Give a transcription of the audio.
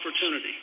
opportunity